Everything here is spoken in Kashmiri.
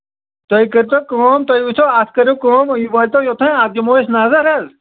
تُہۍ کٔرۍتو کٲم تُہۍ وٕچھۍتو اَتھ کٔرِو کٲم یہِ وٲلۍتو یوٚتَن اَتھ دِمو أسۍ نَظر حظ